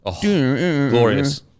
Glorious